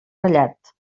ratllat